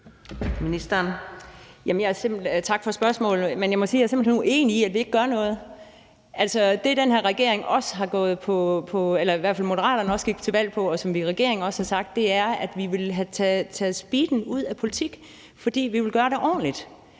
for spørgsmålet. Jeg må sige, at jeg simpelt hen er uenig i, at vi ikke gør noget. Altså, det, som den her regering, i hvert fald Moderaterne, også gik til valg på, og som vi i regeringen også har sagt, er, at vi vil tage speeden ud af politik, fordi vi vil gøre det ordentligt.